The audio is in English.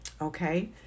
Okay